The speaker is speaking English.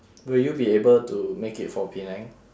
will you be able to make it for penang